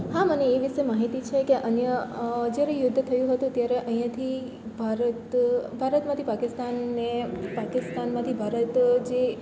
હા મને એ વિષે માહિતી છે કે અહીંયાં જ્યારે યુદ્ધ થયું હતું ત્યારે અહીંયાંથી ભારત ભારતમાંથી પાકિસ્તાનને પાકિસ્તાનમાંથી ભારત જે